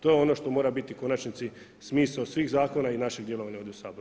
To je ono što mora biti u konačnici smisao svih zakona i našeg djelovanja ovdje u Saboru.